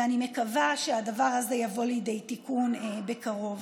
ואני מקווה שהדבר הזה יבוא לידי תיקון בקרוב.